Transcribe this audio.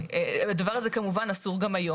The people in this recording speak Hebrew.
הדבר הזה כמובן אסור גם היום.